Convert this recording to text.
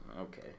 Okay